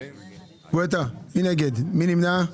מי נמנע?